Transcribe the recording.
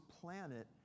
planet